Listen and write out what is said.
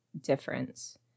difference –